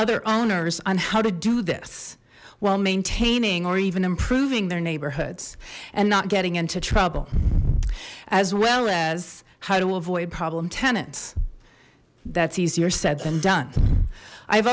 other owners on how to do this while maintaining or even improving their neighborhoods and not getting into trouble as well as how to avoid problem tenants that's easier said than done i've